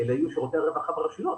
אלה היו שירותי הרווחה ברשויות.